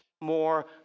more